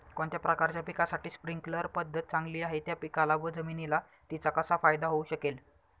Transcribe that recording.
कोणत्या प्रकारच्या पिकासाठी स्प्रिंकल पद्धत चांगली आहे? त्या पिकाला व जमिनीला तिचा कसा फायदा होऊ शकेल?